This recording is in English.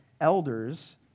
elders